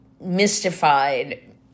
mystified